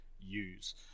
use